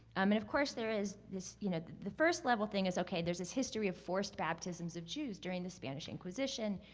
um and of course there is this you know the first level thing is, okay, there's this history of forces baptisms of jews during the spanish inquisition.